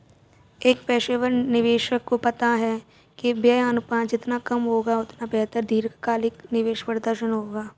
एक पेशेवर निवेशक को पता है कि व्यय अनुपात जितना कम होगा, उतना बेहतर दीर्घकालिक निवेश प्रदर्शन होगा